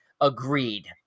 Agreed